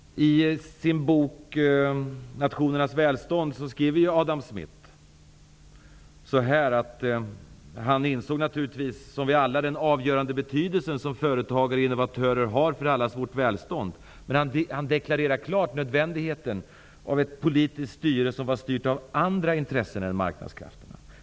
I sin bok Nationernas välstånd skriver Adam Smith att han naturligtvis insåg den avgörande betydelse som företagare och innovatörer har för allas vårt välstånd, men han deklarerade klart nödvändigheten av ett politiskt styre som var styrt av andra intressen än marknadskrafterna.